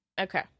Okay